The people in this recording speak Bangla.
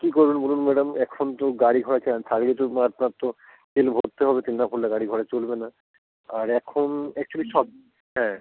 কী করবেন বলুন ম্যাডাম এখন তো গাড়ি ঘোড়া চা থাকলে তো আপনার তো তেল ভরতে হবে তেল না ভরলে গাড়ি ঘোড়া চলবে না আর এখন অ্যাকয়াচুলি সব হ্যাঁ